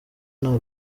nta